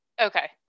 Okay